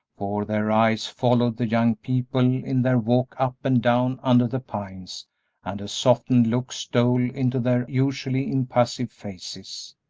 for their eyes followed the young people in their walk up and down under the pines and a softened look stole into their usually impassive faces.